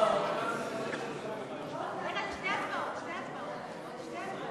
ההוצאה לפועל (תיקון, הפטר לחייב מוגבל באמצעים),